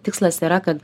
tikslas yra kad